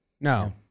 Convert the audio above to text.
No